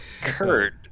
Kurt